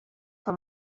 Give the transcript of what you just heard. for